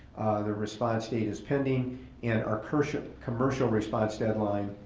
the response date is pending and our commercial commercial response deadline,